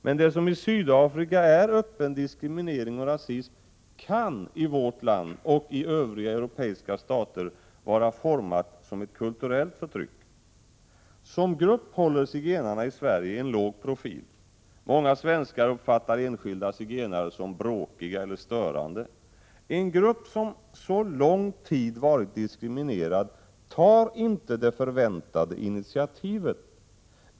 Men det som i Sydafrika är öppen diskriminering och rasism kan i vårt land och i övriga europeiska stater vara format som ett kulturellt förtryck. Som grupp håller zigenarna i Sverige en låg profil. Många svenskar uppfattar enskilda zigenare som ”bråkiga” eller störande. En grupp som så lång tid varit diskriminerad tar inte det förväntade initiativet.